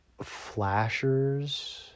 flashers